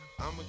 I'ma